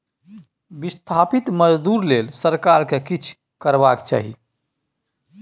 बिस्थापित मजदूर लेल सरकार केँ किछ करबाक चाही